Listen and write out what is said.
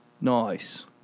Nice